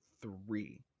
three